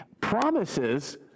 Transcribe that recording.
promises